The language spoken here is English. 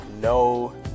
no